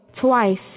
Twice